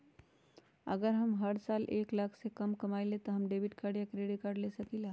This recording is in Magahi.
अगर हम हर साल एक लाख से कम कमावईले त का हम डेबिट कार्ड या क्रेडिट कार्ड ले सकीला?